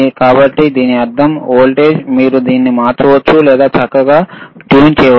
కాబట్టి దీని అర్థం వోల్టేజ్ మీరు దీన్ని మార్చవచ్చు లేదా చక్కగా ట్యూన్ చేయవచ్చు